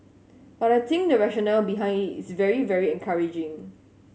but I think the rationale behind it is very very encouraging